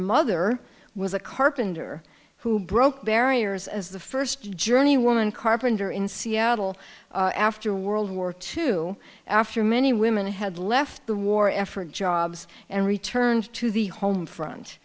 mother was a carpenter who broke barriers as the first journey woman carpenter in seattle after world war two after many women had left the war effort jobs and returned to the home front